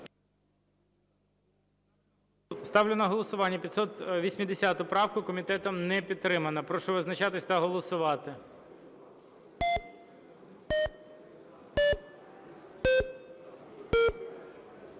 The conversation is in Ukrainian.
Ставлю на голосування 1382. Комітетом не підтримана. Прошу визначатися та голосувати.